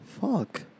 Fuck